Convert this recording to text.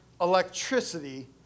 electricity